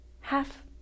half